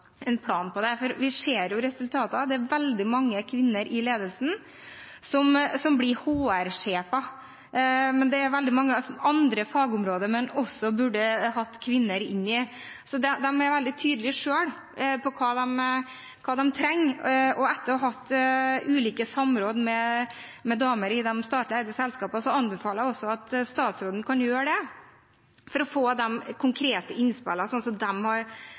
plan på det. For vi ser jo resultater, det er veldig mange kvinner i ledelsen som blir HR-sjefer, men det er veldig mange andre fagområder der man også burde hatt kvinner inn. Så de er veldig tydelige selv på hva de trenger, og etter å ha hatt ulike samråd med damer i de statlig eide selskapene anbefaler jeg at også statsråden har det, for å få de konkrete innspillene sånn som de ser det. For de har